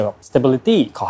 Stability